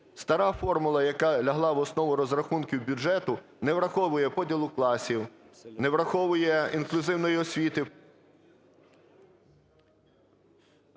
Стара формула, яка лягла в основу розрахунків бюджету, не враховує поділу класів, не враховує інклюзивної освіти…